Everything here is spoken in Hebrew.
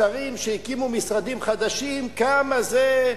שרים שהקימו משרדים חדשים כמה זה,